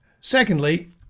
Secondly